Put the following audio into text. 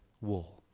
wool